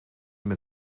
met